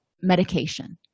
medication